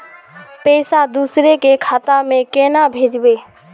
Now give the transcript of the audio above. पैसा दूसरे के खाता में केना भेजबे?